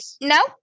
No